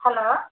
hello